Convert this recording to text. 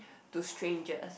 to strangers